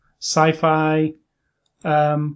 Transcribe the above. sci-fi